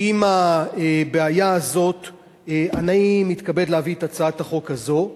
עם הבעיה הזאת אני מתכבד להביא את הצעת החוק הזאת,